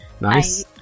nice